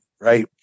right